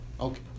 okay